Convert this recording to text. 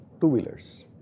two-wheelers